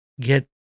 get